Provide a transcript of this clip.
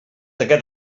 aquest